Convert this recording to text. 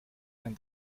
and